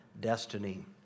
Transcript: destiny